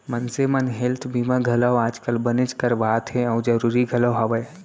मनसे मन हेल्थ बीमा घलौ आज काल बनेच करवात हें अउ जरूरी घलौ हवय